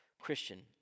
Christian